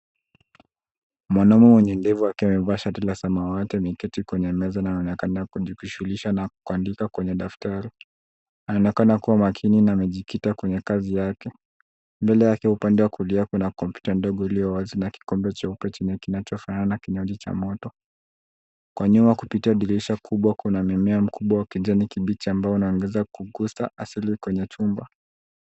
Mwanaume mwenye ndevu akiwa amevaa shati la samawati, ameketi kwenye meza na anaonekana kujishughulisha na kuandika kwenye daftari. Anaonekana kuwa makini na amejikita kwenye kazi yake. Mbele yake, upande wa kulia, kuna kompyuta ndogo iliyo wazi na kikombe cheupe chenye kinachofanana na kinywaji cha moto. Kwa nyuma kupitia dirisha kubwa kuna mmea mkubwa wa kijani kibichi ambao unaongeza kugusa asili kwenye chumba.